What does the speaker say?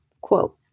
quote